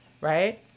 Right